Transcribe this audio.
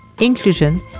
inclusion